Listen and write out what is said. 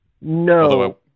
No